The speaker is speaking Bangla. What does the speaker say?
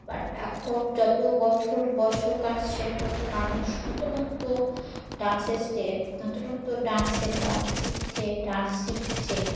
বাট এখন যত বছর বছর কাটছে তত মানুষ নতুনত্ব ডান্সের স্টেপ নতুনত্ব ডান্সের ডান্স শিখছে ডান্স শিখছে